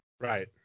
Right